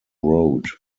road